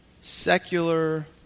secular